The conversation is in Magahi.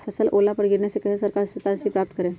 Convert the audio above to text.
फसल का ओला गिरने से कैसे सरकार से सहायता राशि प्राप्त करें?